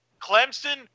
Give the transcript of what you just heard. Clemson